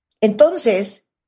Entonces